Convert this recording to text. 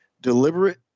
deliberate